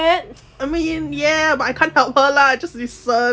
I mean ya but I can't help her lah just listen